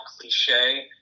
cliche